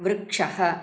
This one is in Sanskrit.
वृक्षः